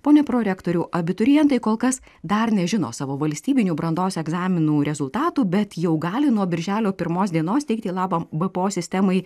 pone prorektoriau abiturientai kol kas dar nežino savo valstybinių brandos egzaminų rezultatų bet jau gali nuo birželio pirmos dienos teikti lama bpo sistemai